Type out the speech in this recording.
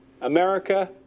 America